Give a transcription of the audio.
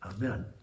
Amen